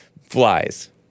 Flies